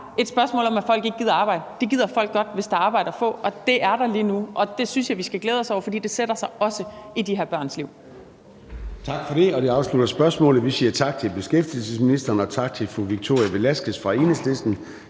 et spørgsmål om, at folk ikke gider at arbejde. Det gider folk godt, hvis der er et arbejde at få, og det er der lige nu. Det synes jeg vi skal glæde os over, for det sætter sig også i de her børns liv. Kl. 14:09 Formanden (Søren Gade): Det afslutter spørgsmålet. Vi siger tak til beskæftigelsesministeren og tak til fru Victoria Velasquez fra Enhedslisten.